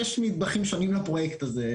יש נדבכים שונים לפרויקט הזה,